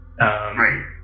right